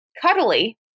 cuddly